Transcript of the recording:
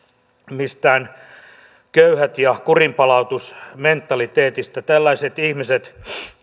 mistään köyhät ja kurinpalautus mentaliteetista tällaiset ihmiset